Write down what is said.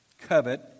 covet